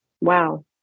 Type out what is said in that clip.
Wow